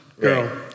girl